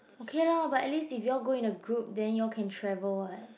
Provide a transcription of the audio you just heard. okay lah but at least if you all go in a group then you all can travel [what]